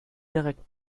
direkt